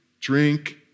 drink